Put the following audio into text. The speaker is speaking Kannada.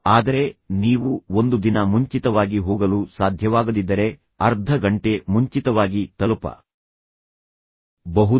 ಆದರೆ ನೀವು ಒಂದು ದಿನ ಮುಂಚಿತವಾಗಿ ಹೋಗಲು ಸಾಧ್ಯವಾಗದಿದ್ದರೆ ಅರ್ಧ ಗಂಟೆ ಮುಂಚಿತವಾಗಿ ತಲುಪ ಬಹುದು